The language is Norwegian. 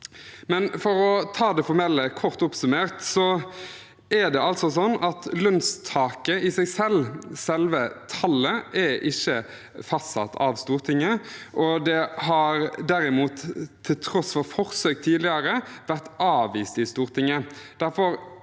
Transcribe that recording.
For å ta det formelle kort oppsummert er altså lønnstaket i seg selv, selve tallet, ikke fastsatt av Stortinget. Det har derimot, til tross for forsøk tidligere, vært avvist i Stortinget.